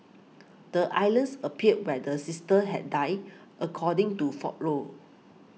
the islands appeared where the sisters had died according to folklore